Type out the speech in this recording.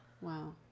Wow